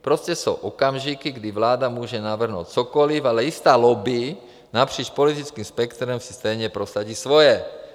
Prostě jsou okamžiky, kdy vláda může navrhnout cokoliv, ale jistá lobby napříč politickým spektrem si stejně prosadí svoje.